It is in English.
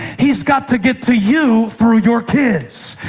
he's got to get to you through your kids.